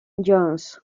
johns